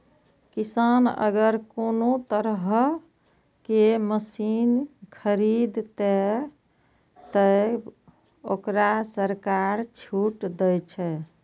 किसान अगर कोनो तरह के मशीन खरीद ते तय वोकरा सरकार छूट दे छे?